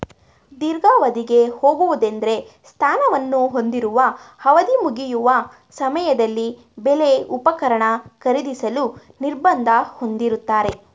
ದೀರ್ಘಾವಧಿಗೆ ಹೋಗುವುದೆಂದ್ರೆ ಸ್ಥಾನವನ್ನು ಹೊಂದಿರುವ ಅವಧಿಮುಗಿಯುವ ಸಮಯದಲ್ಲಿ ಬೆಲೆ ಉಪಕರಣ ಖರೀದಿಸಲು ನಿರ್ಬಂಧ ಹೊಂದಿರುತ್ತಾರೆ